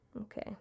Okay